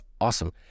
awesome